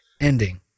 ending